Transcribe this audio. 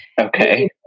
Okay